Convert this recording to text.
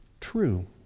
true